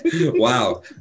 Wow